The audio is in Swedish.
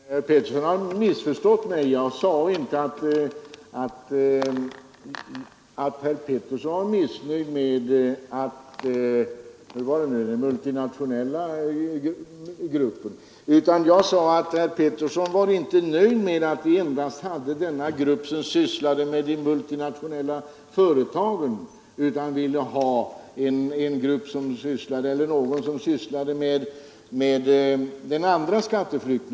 Herr talman! Herr Pettersson i Lund har missförstått mig. Jag sade inte att herr Pettersson var missnöjd med denna arbetsgrupp för de multinationella företagen utan att han inte var nöjd med att vi bara hade den gruppen. Herr Pettersson ville också ha någon som sysslade med den andra skatteflykten.